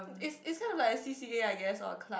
it's it's kind of like A c_c_a I guess or a club